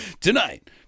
Tonight